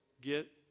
get